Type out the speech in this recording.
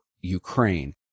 Ukraine